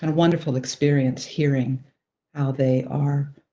and wonderful experience hearing how they are